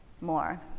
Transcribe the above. more